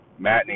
Matney